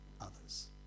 others